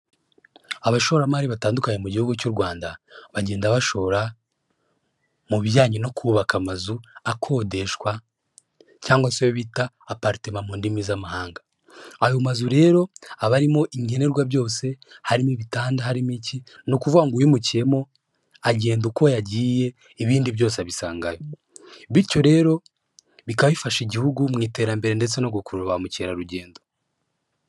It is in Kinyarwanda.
Abashoramari batandukanye mu gihugu cy'u Rwanda, bagenda bashora mu bijyanye no kubaka amazu akodeshwa cyangwa se ayo bita aparitema mu ndimi z'amahanga, ayo mazu rero aba arimo nkenerwa byose harimo ibitanda, harimo iki, ni ukuvuga ngo uwimukiyemo agenda uko yagiye ibindi byose abisangayo, bityo rero, bikaba bifasha igihugu mu iterambere ndetse no gukurura ba mukerarugendo.